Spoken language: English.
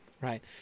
right